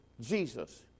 Jesus